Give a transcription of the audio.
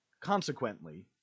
Consequently